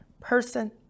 person